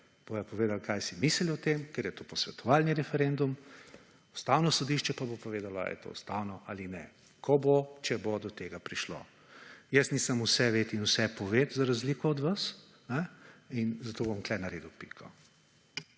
bodo povedali kaj si mislijo o tem, ker je to posvetovalni referendum Ustavno sodišče pa bo to povedalo ali je to ustavno ali ne ko bo, če bo do tega prišlo. Jaz nisem vseved in vsepoved za razliko od vas, zato bom tukaj naredil piko.